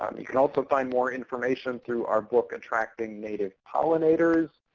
um you can also find more information through our book, attracting native pollinators.